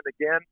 again